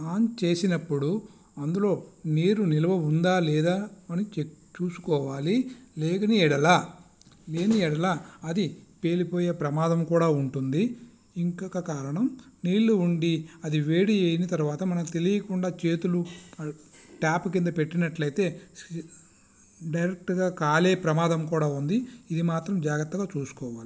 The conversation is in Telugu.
ఆన్ చేసినప్పుడు అందులో నీరు నిల్వ ఉందా లేదా అని ఛెక్ చూసుకోవాలి లేదని యెడల లేని యెడల అది పేలిపోయే ప్రమాదం కూడా ఉంటుంది ఇంకొక కారణం నీళ్ళు ఉండి అది వేడి అయిన తరువాత మనం తెలియకుండా చేతులు టాప్ కింద పెట్టినట్టు అయితే డైరెక్ట్గా కాలే ప్రమాదం కూడా ఉంది ఇది మాత్రం జాగ్రత్తగా చూసుకోవాలి